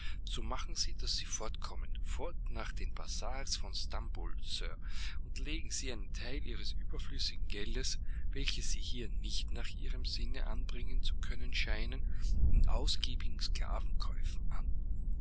so machen sie daß sie fortkommen fort nach den bazars von stambul sir und legen sie einen teil ihres überflüssigen geldes welches sie hier nicht nach ihrem sinne anbringen zu können scheinen in ausgiebigen sklavenankäufen an